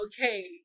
okay